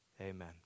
amen